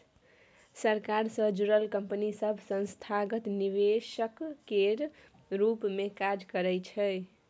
सरकार सँ जुड़ल कंपनी सब संस्थागत निवेशक केर रूप मे काज करइ छै